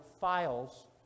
files